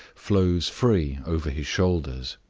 flows free over his shoulders